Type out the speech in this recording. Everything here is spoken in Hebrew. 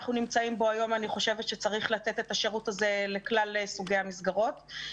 נמצאים היום אני חושבת שצריך לתת את השירות הזה לכלל סוגי המסגרות.